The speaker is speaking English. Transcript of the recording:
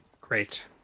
Great